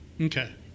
Okay